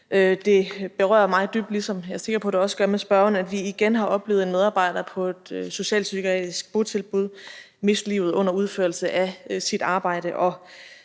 Det berører mig dybt, ligesom jeg er sikker på det også gør for spørgeren, at vi igen har oplevet en medarbejder på et socialpsykiatrisk botilbud miste livet under udførelse af sit arbejde,